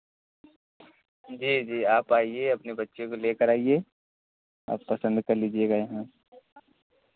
जी जी आप आइए अपने बच्चे को लेकर आईए और पसंद कर लीजिएगा यहाँ